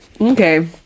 Okay